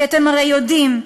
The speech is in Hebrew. כי אתם הרי יודעים,